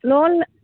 லோனில்